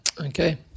Okay